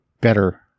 better